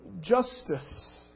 justice